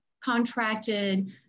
contracted